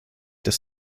dass